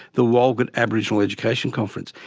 the walgett aboriginal education conference.